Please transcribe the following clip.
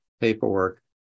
paperwork